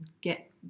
get